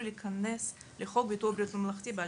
להיכנס לחוק ביטוח בריאות ממלכתי ב-2010.